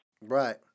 Right